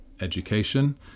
education